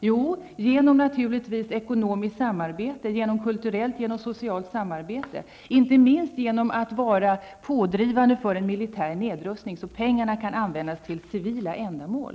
Jo, naturligtvis genom ekonomiskt, socialt och kulturellt samarbete samt genom att vara pådrivande för en militär nedrustning, så att pengarna kan användas till civila ändamål.